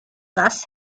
thus